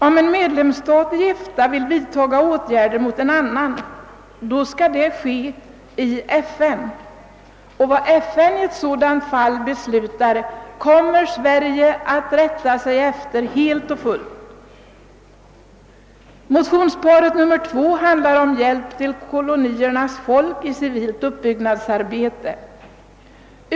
Om en medlemsstat i EFTA vill vidta åtgärder mot en annan, skall det ske i FN, och vad FN i ett sådant fall kan besluta, kommer Sverige helt att rätta sig efter. I det andra motionsparet, som behandlas i det föreliggande utskottsutlåtandet, hemställs att riksdagen i skrivelse till regeringen måtte hemställa om förslag om stöd för det civila återuppbyggnadsarbetet i kolonierna.